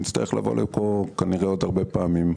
נצטרך לבוא לפה, כנראה עוד הרבה פעמים.